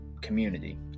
community